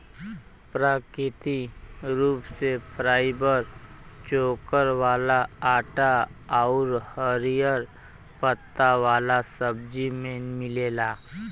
प्राकृतिक रूप से फाइबर चोकर वाला आटा आउर हरिहर पत्ता वाला सब्जी में मिलेला